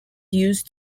used